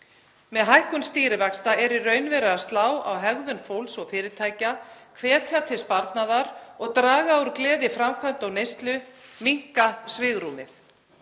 Með hækkun stýrivaxta er í raun verið að slá á hegðun fólks og fyrirtækja, hvetja til sparnaðar og draga úr gleði framkvæmda og neyslu. Minnka svigrúmið.